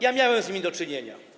Ja miałem z nimi do czynienia.